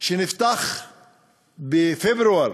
נפתח בפברואר,